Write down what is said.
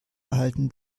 erhalten